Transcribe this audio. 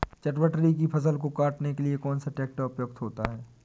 चटवटरी की फसल को काटने के लिए कौन सा ट्रैक्टर उपयुक्त होता है?